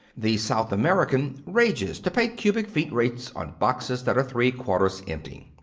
the south american rages to pay cubic-feet rates on boxes that are three-quarters empty.